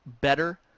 better